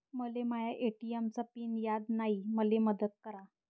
मले माया ए.टी.एम चा पिन याद नायी, मले मदत करा